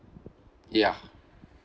ya